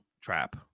Trap